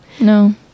No